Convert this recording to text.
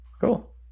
Cool